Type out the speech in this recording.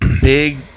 big